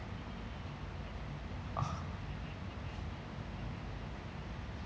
oh